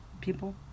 People